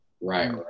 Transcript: Right